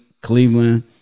Cleveland